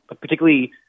particularly